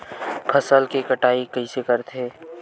फसल के कटाई कइसे करथे?